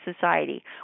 society